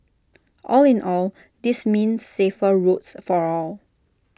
all in all this means safer roads for all